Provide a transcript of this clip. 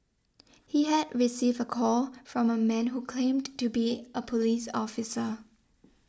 he had received a call from a man who claimed to be a police officer